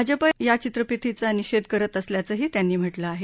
भाजपा या चित्रफितीचा निषेध करत असल्याचंही त्यांनी म्हटलं आहे